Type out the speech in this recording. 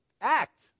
act